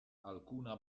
alcuna